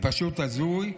זה פשוט הזוי.